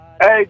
Hey